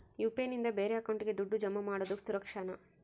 UPI ನಿಂದ ಬೇರೆ ಅಕೌಂಟಿಗೆ ದುಡ್ಡು ಜಮಾ ಮಾಡೋದು ಸುರಕ್ಷಾನಾ?